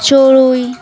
চড়ুই